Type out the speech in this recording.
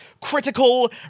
critical